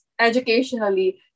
educationally